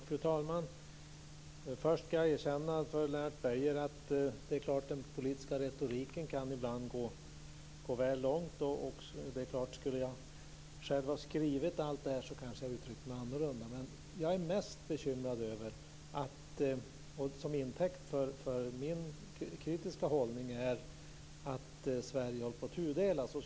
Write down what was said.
Fru talman! Först ska jag erkänna för Lennart Beijer att den politiska retoriken ibland kan gå väl långt. Skulle jag själv ha skrivit allt detta kanske jag skulle ha uttryckt mig annorlunda. Jag är mest bekymrad över att Sverige håller på att tudelas, och det tar jag som intäkt för min kritiska hållning.